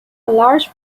large